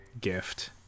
gift